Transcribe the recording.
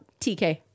TK